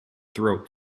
throat